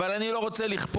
אבל אני לא רוצה לכפות,